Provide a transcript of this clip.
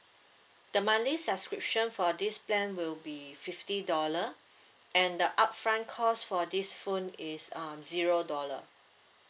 the monthly subscription for this plan will be fifty dollar and the upfront cost for this phone is uh zero dollar